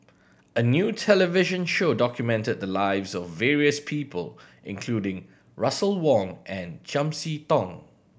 a new television show documented the lives of various people including Russel Wong and Chiam See Tong